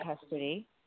custody